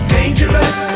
dangerous